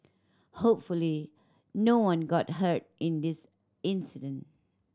hopefully no one got hurt in this incident